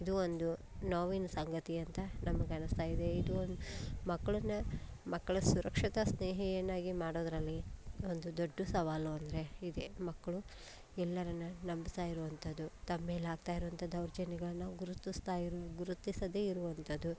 ಇದು ಒಂದು ನೋವಿನ ಸಂಗತಿ ಅಂತ ನಮಿಗೆ ಅನ್ನಿಸ್ತಾ ಇದೆ ಇದು ಮಕ್ಕಳನ್ನ ಮಕ್ಕಳ ಸುರಕ್ಷತಾಸ್ನೇಹಿಯನ್ನಾಗಿ ಮಾಡೋದರಲ್ಲಿ ಒಂದು ದೊಡ್ಡ ಸವಾಲು ಅಂದರೆ ಇದೇ ಮಕ್ಕಳು ಎಲ್ಲರನ್ನು ನಂಬ್ತಾ ಇರುವಂಥದ್ದು ತಮ್ಮೆ ಮೇಲೆ ಆಗ್ತಾ ಇರುವಂಥ ದೌರ್ಜನ್ಯಗಳನ್ನು ಗುರುತಿಸ್ತಾ ಇರೋ ಗುರುತಿಸದೇ ಇರುವಂಥದ್ದು